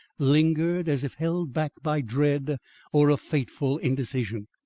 lingered as if held back by dread or a fateful indecision.